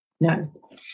No